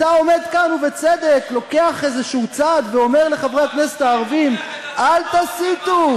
אתה עומד כאן ובצדק לוקח איזה צעד ואומר לחברי הכנסת הערבים: אל תסיתו.